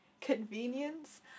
convenience